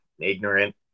ignorant